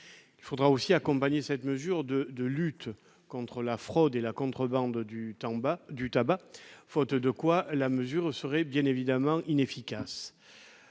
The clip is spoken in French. Il faudra aussi accompagner cette mesure d'un programme de lutte contre la fraude et la contrebande du tabac, faute de quoi la mesure serait bien évidemment inefficace.